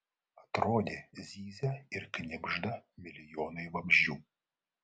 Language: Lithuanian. atrodė zyzia ir knibžda milijonai vabzdžių